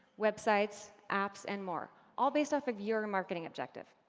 websites, apps, and more, all based off of your and marketing objective.